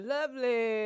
Lovely